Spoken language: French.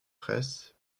fraysse